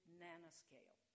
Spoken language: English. nanoscale